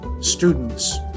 students